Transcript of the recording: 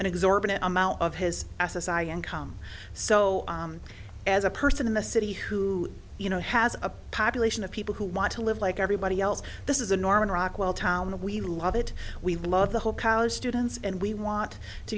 an exorbitant amount of his s s i income so as a person in the city who you know has a population of people who want to live like everybody else this is a norman rockwell town we love it we love the whole college students and we want to